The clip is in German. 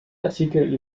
artikel